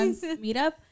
meetup